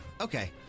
okay